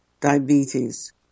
diabetes